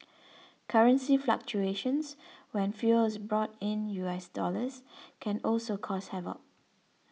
currency fluctuations when fuel is brought in US dollars can also cause havoc